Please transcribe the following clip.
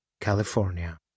California